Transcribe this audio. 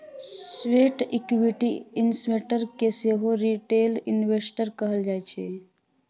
sweat equity investor केँ सेहो retail investor कहल जाइ छै